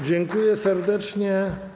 Dziękuję serdecznie.